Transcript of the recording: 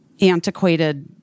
antiquated